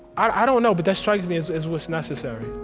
i don't know, but that strikes me as as what's necessary